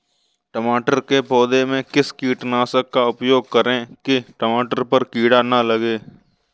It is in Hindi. टमाटर के पौधे में किस कीटनाशक का उपयोग करें कि टमाटर पर कीड़े न लगें?